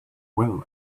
well